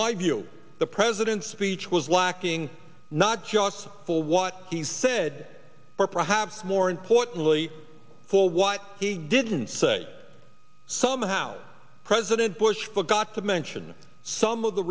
my view the president's speech was lacking not just for what he said or perhaps more importantly for what he didn't say somehow president bush forgot to mention some of the